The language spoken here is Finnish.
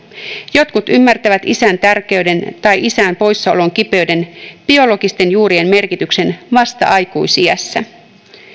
jotkut ymmärtävät isän tärkeyden tai isän poissaolon kipeyden biologisten juurien merkityksen vasta aikuisiässä